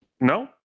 No